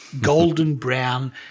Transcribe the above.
golden-brown